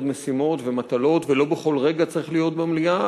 משימות ומטלות ולא בכל רגע צריך להיות במליאה,